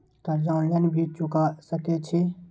कर्जा ऑनलाइन भी चुका सके छी?